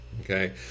Okay